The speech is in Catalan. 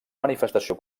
manifestació